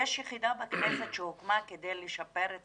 יש יחידה בכנסת שהוקמה כדי לשפר את